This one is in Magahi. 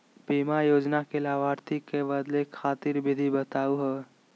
बीमा योजना के लाभार्थी क बदले खातिर विधि बताही हो?